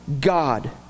God